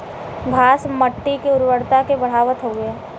घास मट्टी के उर्वरता के बढ़ावत हउवे